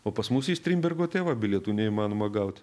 o pas mus į strindbergo tėvą bilietų neįmanoma gaut